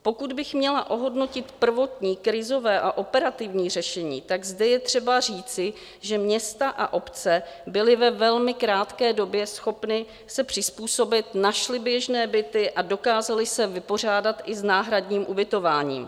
Pokud bych měla ohodnotit prvotní krizové a operativní řešení, tak zde je třeba říci, že města a obce byly ve velmi krátké době schopny se přizpůsobit, našly běžné byty a dokázaly se vypořádat i s náhradním ubytováním.